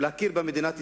להכיר במדינת ישראל,